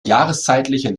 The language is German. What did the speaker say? jahreszeitlichen